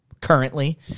currently